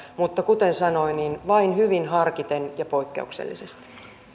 mutta kuten sanoin vain hyvin harkiten ja poikkeuksellisesti